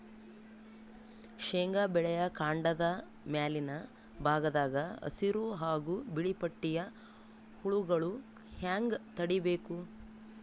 ಶೇಂಗಾ ಬೆಳೆಯ ಕಾಂಡದ ಮ್ಯಾಲಿನ ಭಾಗದಾಗ ಹಸಿರು ಹಾಗೂ ಬಿಳಿಪಟ್ಟಿಯ ಹುಳುಗಳು ಹ್ಯಾಂಗ್ ತಡೀಬೇಕು?